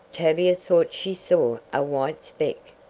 tavia thought she saw a white speck.